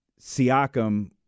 Siakam